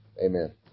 Amen